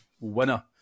winner